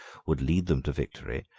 would lead them to victory,